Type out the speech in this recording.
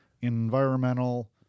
Environmental